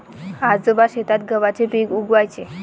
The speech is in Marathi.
आजोबा शेतात गव्हाचे पीक उगवयाचे